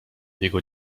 jego